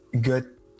good